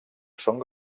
són